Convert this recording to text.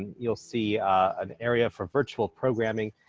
you'll see an area for virtual programming.